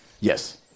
Yes